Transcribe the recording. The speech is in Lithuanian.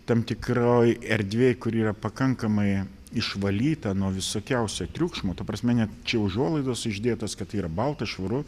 tam tikroj erdvėj kuri yra pakankamai išvalyta nuo visokiausio triukšmo ta prasme net čia užuolaidos uždėtos kad yra balta švaru